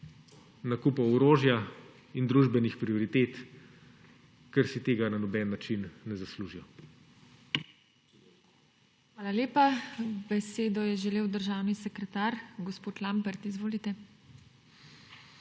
nakupov orožja in družbenih prioritet, ker si tega na noben način ne zaslužijo.